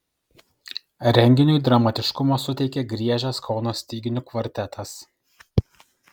renginiui dramatiškumo suteikė griežęs kauno styginių kvartetas